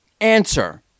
answer